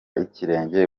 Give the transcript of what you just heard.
ikirenge